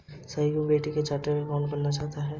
सोहन अपने बेटे को चार्टेट अकाउंटेंट बनाना चाहता है